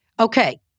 Okay